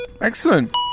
Excellent